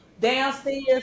downstairs